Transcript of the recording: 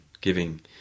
giving